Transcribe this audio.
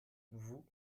vous